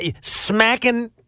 Smacking